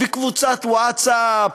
וקבוצת ווטסאפ,